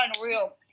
unreal